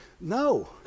No